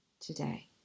today